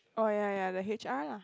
oh ya ya the h_r lah